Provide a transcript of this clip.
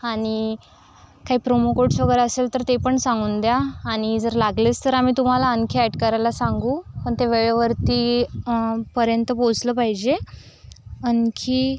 हा आणि काही प्रोमो कोड्स वगैरे असेल तर ते पण सांगून द्या आणि जर लागलेच तर आम्ही तुम्हाला आणखी ॲट करायला सांगू पण ते वेळेवरती पर्यंत पोहोचलं पाहिजे आणखी